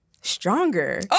stronger